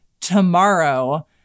tomorrow